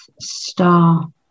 star